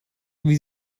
wie